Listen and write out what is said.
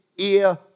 Ear